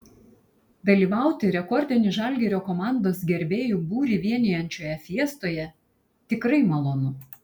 dalyvauti rekordinį žalgirio komandos gerbėjų būrį vienijančioje fiestoje tikrai malonu